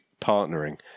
partnering